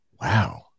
Wow